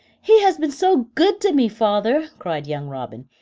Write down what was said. he has been so good to me, father, cried young robin.